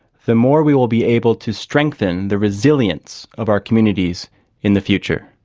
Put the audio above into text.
the more we will be able to strengthen the resilience of our communities in the future.